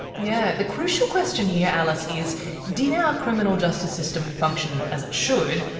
yeah. the crucial question here alice is did our criminal justice system function as it should.